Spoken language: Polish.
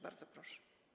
Bardzo proszę.